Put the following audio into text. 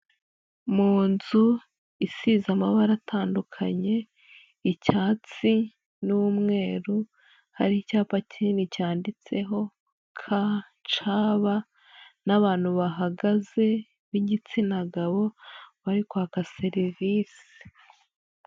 Mu nzu isize amabara atandukanye, icyatsi n'umweru, hari icyapa kinini cyanditseho k,c,b n'abantu bahagaze bigitsina gabo bari kwaka serivisi.